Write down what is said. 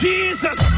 Jesus